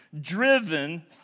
driven